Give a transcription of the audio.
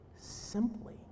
simply